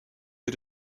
wir